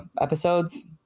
episodes